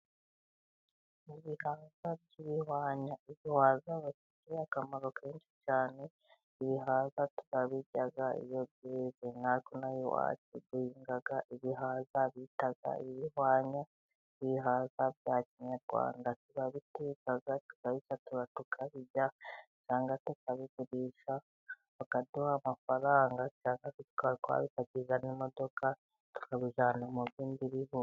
Ibihaza by'ibihwanya bidufitiye akamaro kenshi cyane. Ibihaza turabirya. Natwe ino aha iwacu duhinga ibihaza bita ibihwanya (ibihaza bya kinyarwanda) turabiteka, tukabisatura tukabirya, cyangwa tukabigurisha bakaduha amafaranga cyangwa tukaba twabipakiza n'imodoka tukabijyana mu bindi bihugu.